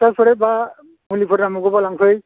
हासारफोर बा मुलिफोर नांबावगौबा लांफै